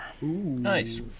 Nice